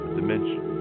dimension